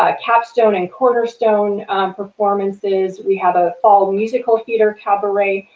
ah capstone and cornerstone performances, we have a fall musical theater cabaret,